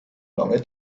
lange